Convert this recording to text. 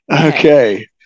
Okay